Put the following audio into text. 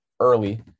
early